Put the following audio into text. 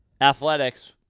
Athletics